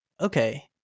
okay